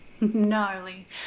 Gnarly